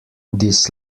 this